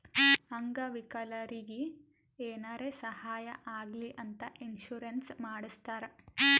ಅಂಗ ವಿಕಲರಿಗಿ ಏನಾರೇ ಸಾಹಾಯ ಆಗ್ಲಿ ಅಂತ ಇನ್ಸೂರೆನ್ಸ್ ಮಾಡಸ್ತಾರ್